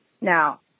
Now